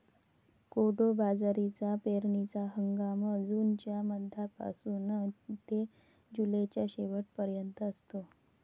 कोडो बाजरीचा पेरणीचा हंगाम जूनच्या मध्यापासून ते जुलैच्या शेवट पर्यंत असतो